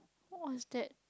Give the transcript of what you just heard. what's that